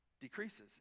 decreases